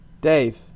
Dave